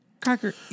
Cracker